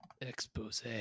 Expose